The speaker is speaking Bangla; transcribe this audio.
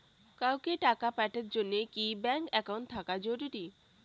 কাউকে টাকা পাঠের জন্যে কি ব্যাংক একাউন্ট থাকা জরুরি?